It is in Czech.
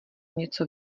něco